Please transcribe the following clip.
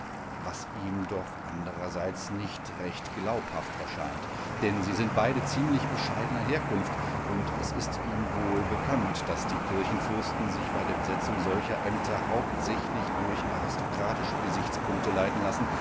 was ihm doch andererseits nicht recht glaubhaft erscheint denn sie sind beide ziemlich bescheidener herkunft und es ist ihm wohlbekannt daß die kirchenfürsten sich bei der besetzung solcher ämter hauptsächlich durch aristokratische gesichtspunkte leiten lassen